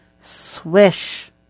swish